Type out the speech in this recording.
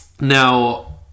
Now